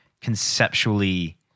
conceptually